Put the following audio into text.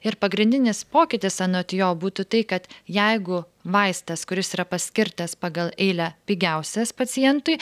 ir pagrindinis pokytis anot jo būtų tai kad jeigu vaistas kuris yra paskirtas pagal eilę pigiausias pacientui